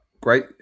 great